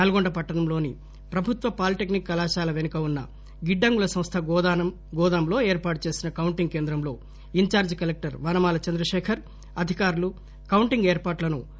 నల్గొండ పట్లణం లోని ప్రభుత్వ పాలీటెక్నిక్ కళాశాల పెనుక ఉన్న రాష్ట గిడ్డంగుల సంస్థ గోదాం లో ఏర్పాటు చేసిన కౌంటింగ్ కేంద్రంలో ఇంఛార్లి కలెక్టర్ వనమాల చంద్రశేఖర్ అధికారులు కౌంటింగ్ ఏర్పాట్లను ఆమెకు వివరించారు